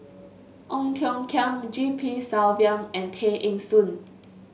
Ong Tiong Khiam G P Selvam and Tay Eng Soon